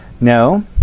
No